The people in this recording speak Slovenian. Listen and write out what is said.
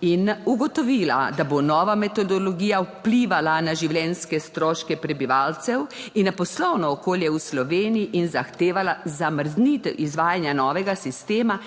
in ugotovila, da bo nova metodologija vplivala na življenjske stroške prebivalcev in na poslovno okolje v Sloveniji in zahtevala zamrznitev izvajanja novega sistema